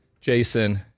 Jason